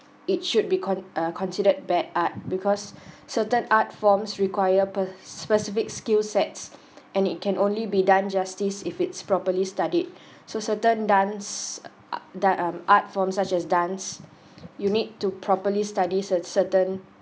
it should be con~ uh considered bad art because certain art forms require pe~ specific skill sets and it can only be done justice if it's properly studied so certain dance uh uh die~ um art forms such as dance you need to properly studies ce~ certain